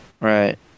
Right